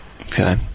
Okay